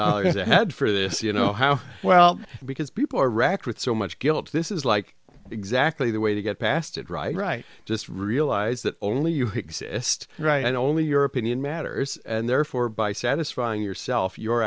dollars a head for this you know how well because people are racked with so much guilt this is like exactly the way to get past it right right just realize that only you exist right i'd only your opinion matters and therefore by satisfying yourself you're